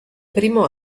primo